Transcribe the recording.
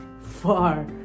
far